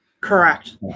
Correct